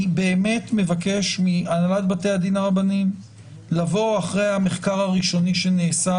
אני באמת מבקש מהנהלת בתי הדין הרבניים לבוא אחרי המחקר הראשוני שנעשה,